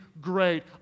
great